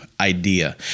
idea